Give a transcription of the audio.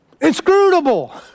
Inscrutable